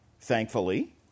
thankfully